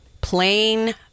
plain